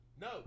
No